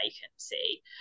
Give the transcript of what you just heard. vacancy